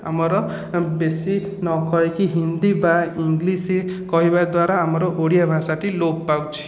ଆମର ବେଶି ନ କହିକି ହିନ୍ଦୀ ବା ଇଂଲିଶ କହିବା ଦ୍ୱାରା ଆମର ଓଡ଼ିଆ ଭାଷାଟି ଲୋପ୍ ପାଉଛି